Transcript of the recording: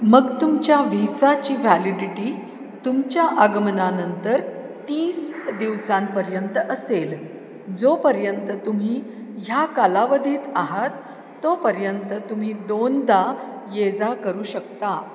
मग तुमच्या व्हिसाची व्हॅलिडिटी तुमच्या आगमनानंतर तीस दिवसांपर्यंत असेल जोपर्यंत तुम्ही ह्या कालावधीत आहात तोपर्यंत तुम्ही दोनदा ये जा करू शकता